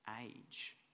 age